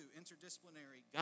interdisciplinary